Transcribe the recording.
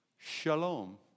shalom